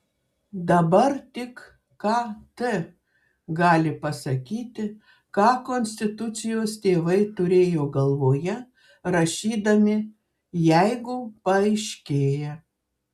dabar tik kt gali pasakyti ką konstitucijos tėvai turėjo galvoje rašydami jeigu paaiškėja